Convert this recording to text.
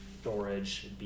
storage